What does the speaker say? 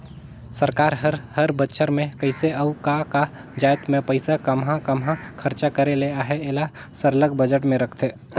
सरकार हर हर बछर में कइसे अउ का का जाएत में पइसा काम्हां काम्हां खरचा करे ले अहे एला सरलग बजट में रखथे